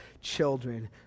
children